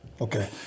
Okay